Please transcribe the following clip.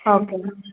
okay madam